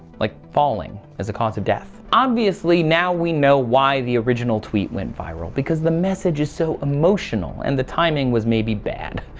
like falling as a cause of death. obviously, now we know why the original tweet went viral because the message is so emotional, and the timing was maybe bad.